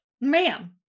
Ma'am